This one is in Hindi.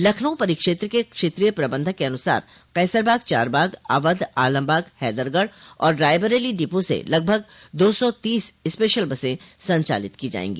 लखनऊ परिक्षेत्र के क्षेत्रीय प्रबन्धक के अन्सार कैसरबाग चारबाग अवध आलमबाग हैदरगढ़ और रायबरेली डिपो से लगभग दो सौ तीस स्पेशल बसें संचालित की जायेंगी